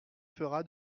fera